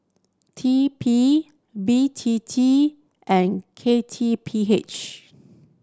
T P B T T and K T P H